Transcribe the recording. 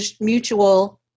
mutual